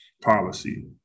policy